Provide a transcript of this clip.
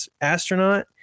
astronaut